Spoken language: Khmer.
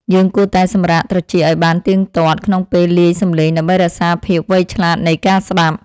យើងគួរតែសម្រាកត្រចៀកឱ្យបានទៀងទាត់ក្នុងពេលលាយសំឡេងដើម្បីរក្សាភាពវៃឆ្លាតនៃការស្ដាប់។